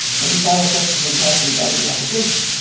any final questions from council regarding the application?